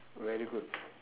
very good